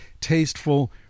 tasteful